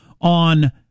on